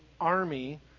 army